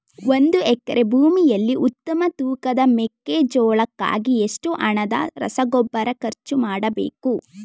ಒಂದು ಎಕರೆ ಭೂಮಿಯಲ್ಲಿ ಉತ್ತಮ ತೂಕದ ಮೆಕ್ಕೆಜೋಳಕ್ಕಾಗಿ ಎಷ್ಟು ಹಣದ ರಸಗೊಬ್ಬರ ಖರ್ಚು ಮಾಡಬೇಕು?